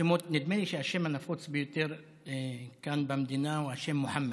נדמה לי שהשם הנפוץ ביותר כאן במדינה הוא השם מוחמד.